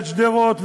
ואת שדרות,